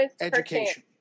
education